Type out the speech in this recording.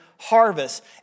harvest